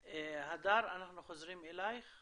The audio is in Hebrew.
הדר, אנחנו חוזרים אלייך.